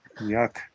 Yuck